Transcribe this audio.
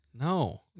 No